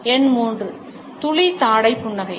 எண் 3 துளி தாடை புன்னகை